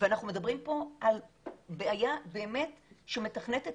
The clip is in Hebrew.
אנחנו מדברים פה על בעיה באמת שמתכנתת